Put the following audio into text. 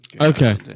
Okay